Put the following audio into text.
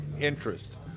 interest